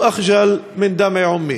(חוזר על המשפט האחרון בערבית.)